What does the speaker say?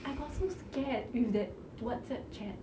I got so scared with that whatsapp chat